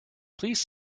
please